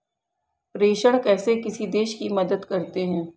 प्रेषण कैसे किसी देश की मदद करते हैं?